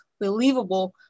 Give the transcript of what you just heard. believable